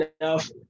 enough